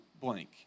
blank